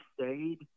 stayed